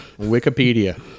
Wikipedia